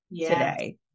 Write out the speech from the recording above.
today